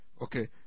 Okay